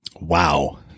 Wow